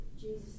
Jesus